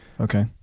Okay